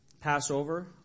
Passover